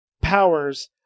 powers